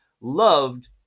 loved